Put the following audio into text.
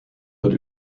wird